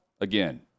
again